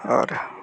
और